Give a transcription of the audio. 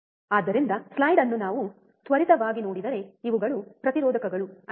ಆದ್ದರಿಂದ ಸ್ಲೈಡ್ ಅನ್ನು ನಾವು ತ್ವರಿತವಾಗಿ ನೋಡಿದರೆ ಇವುಗಳು ಪ್ರತಿರೋಧಕಗಳು ಅಲ್ಲವೇ